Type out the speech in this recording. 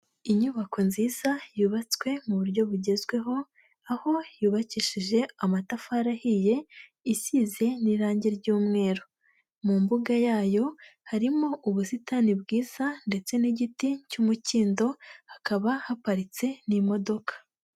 Inyubako nziza yubatswe mu buryo bugezweho, aho yubakishije amatafari ahiye isize n'irange ry'umweru, mu mbuga yayo harimo ubusitani bwiza ndetse n'igiti cy'umukindo hakaba haparitse n'imodoka.